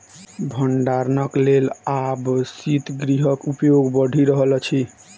भंडारणक लेल आब शीतगृहक उपयोग बढ़ि रहल अछि